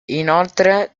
inoltre